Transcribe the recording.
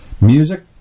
music